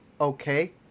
okay